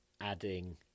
adding